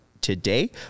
today